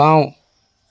বাওঁ